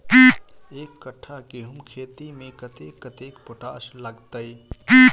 एक कट्ठा गेंहूँ खेती मे कतेक कतेक पोटाश लागतै?